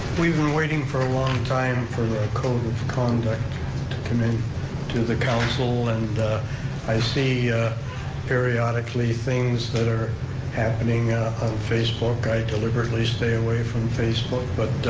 we've been waiting for a long time for the code of conduct to come in to the council and i see periodically things that are happening on facebook, i deliberately stay away from facebook, but